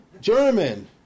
German